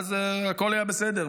אז הכול היה בסדר,